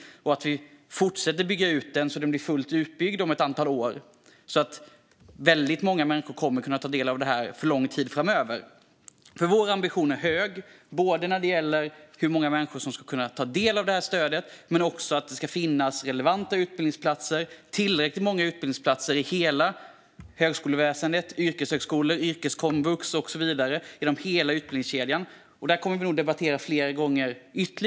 Det gäller att vi fortsätter att bygga ut den så att den blir fullt utbyggd om ett antal år så att väldigt många människor kommer att kunna ta del av stödet för lång tid framöver. Vår ambition är hög när det gäller hur många människor som ska kunna ta del av stödet. Men det ska också finnas relevanta utbildningsplatser och tillräckligt många utbildningsplatser i hela högskoleväsendet, på yrkeshögskolor, yrkeskomvux och så vidare genom hela utbildningskedjan. Det kommer vi nog att debattera ytterligare flera gånger.